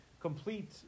Complete